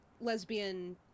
lesbian